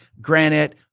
granite